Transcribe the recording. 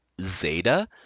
Zeta